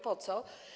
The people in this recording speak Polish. Po co?